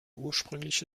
ursprüngliche